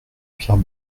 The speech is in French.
pierre